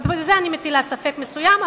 גם בזה אני מטילה ספק מסוים,